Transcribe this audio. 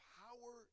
power